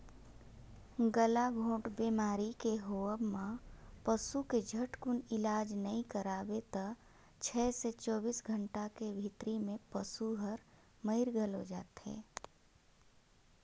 गलाघोंट बेमारी के होवब म पसू के झटकुन इलाज नई कराबे त छै से चौबीस घंटा के भीतरी में पसु हर मइर घलो जाथे